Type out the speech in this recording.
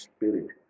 Spirit